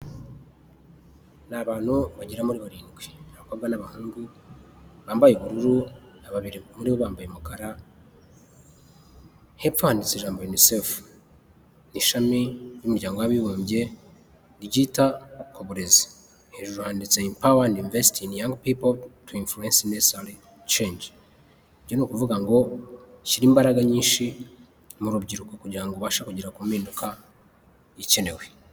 Ni abantu bagera muri barindwi, abakobwa n'abahungu bambaye ubururu, babiri muri bo bambaye umukara, hepfo handitse ijambo unicef, ni ishami ry'umuryango w'abibumbye ryita ku burezi, hejuru handitse, Empower n investing young people to influence neccessary change, byo ni ukuvuga ngo, shyira imbaraga nyinshi mu rubyiruko kugira ngo ubashe kugera ku mpinduka ikenewe.